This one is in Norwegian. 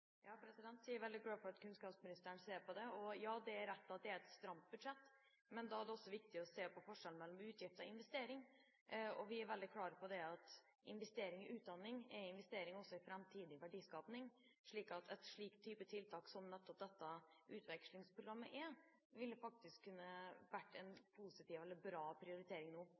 er veldig glad for at kunnskapsministeren ser på det, og ja – det er rett at det er et stramt budsjett, men da er det også viktig å se på forskjellen mellom utgift og investering. Vi er veldig klare på at investering i utdanning er en investering også i framtidig verdiskapning, slik at tiltak som nettopp dette utvekslingsprogrammet er, vil faktisk kunne være en bra prioritering nå.